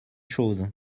chose